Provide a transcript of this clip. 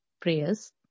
prayers